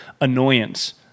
annoyance